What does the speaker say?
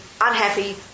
unhappy